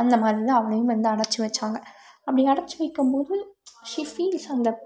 அந்தமாதிரி தான் அவளையும் வந்து அடைச்சி வைச்சாங்க அப்படி அடைச்சி வைக்கும் போது ஷி ஃபீல்ஸ் அந்த